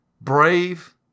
Brave